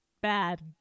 Bad